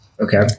Okay